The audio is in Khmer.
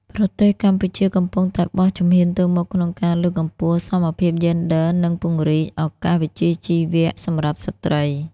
ប្រទេសកម្ពុជាកំពុងតែបោះជំហានទៅមុខក្នុងការលើកកម្ពស់ សមភាពយេនឌ័រ និង ពង្រីកឱកាសវិជ្ជាជីវៈ សម្រាប់ស្ត្រី។